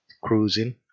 Cruising